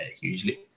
hugely